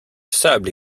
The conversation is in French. sable